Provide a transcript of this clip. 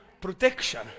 protection